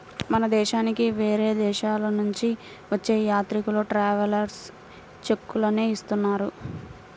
మన దేశానికి వేరే దేశాలనుంచి వచ్చే యాత్రికులు ట్రావెలర్స్ చెక్కులనే ఇస్తున్నారు